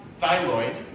thyroid